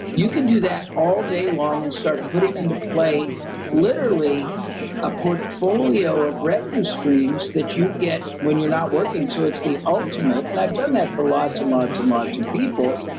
you can do that all day long and start putting into play literally a portfolio of revenue streams that you get when you're not working towards the ultimate. and i've done that for lots and lots, and lots of people.